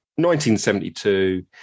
1972